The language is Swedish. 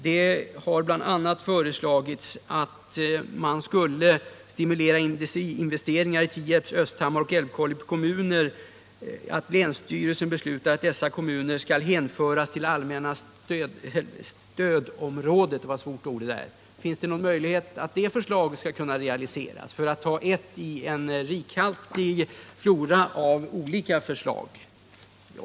Det har bl.a. föreslagits att man skulle stimulera industriinvesteringar i Tierps, Östhammars och Älvkarleby kommuner genom att länsstyrelsen beslutar att dessa kommuner skall hänföras till det allmänna stödområdet. För att nu ta ert förslag i en rikhaltig flora av olika förslag skulle jag vilja fråga, om det finns någon möjlighet att realisera just det här förslaget?